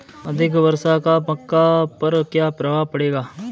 अधिक वर्षा का मक्का पर क्या प्रभाव पड़ेगा?